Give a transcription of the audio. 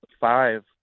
five